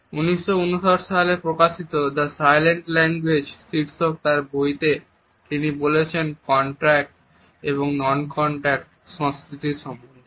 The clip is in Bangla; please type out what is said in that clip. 1959 সালে প্রকাশিত দ্য সাইলেন্ট ল্যাঙ্গুয়েজ শীর্ষক তাঁর বইতে তিনি বলেছেন কন্টাক্ট এবং নন কন্টাক্ট সংস্কৃতির সম্বন্ধে